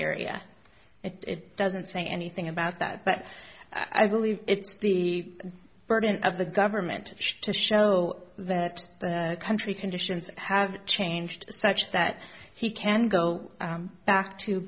area it doesn't say anything about that but i believe it's the burden of the government to show that the country conditions have changed such that he can go back to